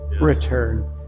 return